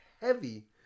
heavy